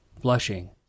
blushing